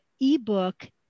ebook